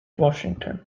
washington